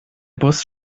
bus